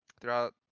throughout